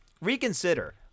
reconsider